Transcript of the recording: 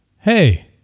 Hey